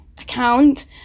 account